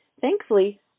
Thankfully